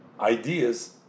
ideas